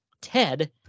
Ted